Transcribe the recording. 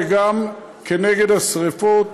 וגם נגד שרפות,